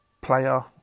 player